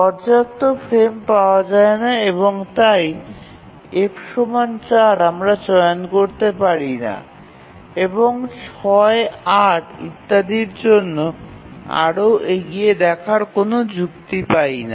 পর্যাপ্ত ফ্রেম পাওয়া যায় না এবং তাই F ৪ আমরা চয়ন করতে পারি না এবং ৬ ৮ ইত্যাদির জন্য আরও এগিয়ে দেখার কোনও যুক্তি পাই না